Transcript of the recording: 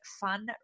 fun